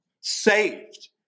saved